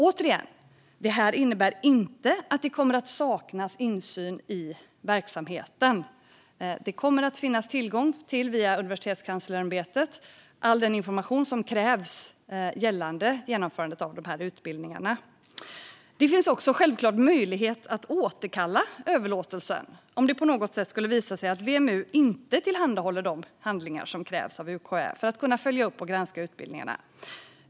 Detta innebär återigen inte att det kommer att saknas insyn i verksamheten. Det kommer att via Universitetskanslersämbetet finnas tillgång till all den information som krävs gällande genomförandet av dessa utbildningar. Överlåtelse av förvalt-ningsuppgift till Inter-nationella sjöfarts-organisationen att genom Världssjöfarts-universitetet utfärda examina Det finns också självklart möjlighet att återkalla överlåtelsen om det på något sätt skulle visa sig att WMU inte tillhandahåller de handlingar som krävs av UKÄ för att följa upp och granska utbildningarna.